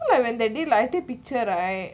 so like when that day right when I take picture right